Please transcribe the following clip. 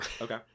okay